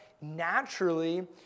naturally